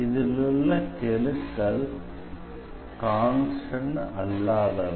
இதிலுள்ள கெழுக்கள் கான்ஸ்டண்ட் அல்லாதவை